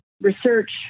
research